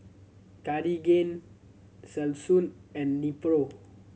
Cartigain Selsun and Nepro